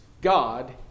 God